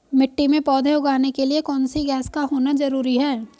मिट्टी में पौधे उगाने के लिए कौन सी गैस का होना जरूरी है?